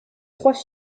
trois